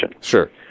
Sure